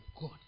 God